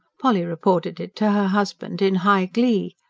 polly reported it to her husband in high glee.